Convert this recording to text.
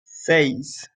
seis